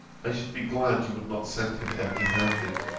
i should be glad you would not send him empty handed.